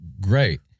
great